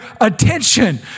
attention